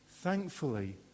thankfully